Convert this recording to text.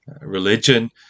religion